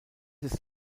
ist